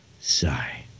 Sigh